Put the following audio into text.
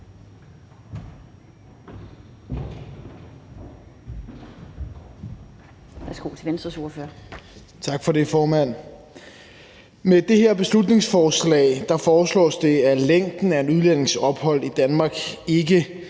Med det her beslutningsforslag foreslås det, at længden af en udlændings ophold i Danmark ikke